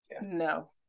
No